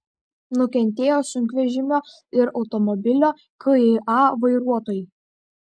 nukentėjo sunkvežimio ir automobilio kia vairuotojai